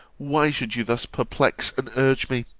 why should you thus perplex and urge me